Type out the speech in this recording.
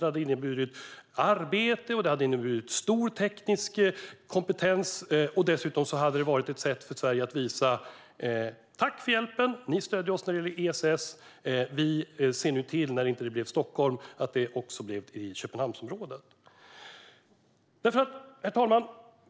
Det hade inneburit arbete och stor teknisk kompetens och hade dessutom varit ett sätt för Sverige att tacka för hjälpen: Ni stödde oss när det gällde ESS; vi ser till att det, nu när det inte blev Stockholm, blir i Köpenhamnsområdet. Herr talman!